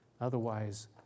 Otherwise